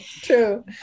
true